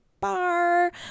bar